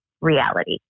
reality